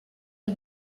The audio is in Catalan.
que